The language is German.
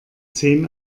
zehn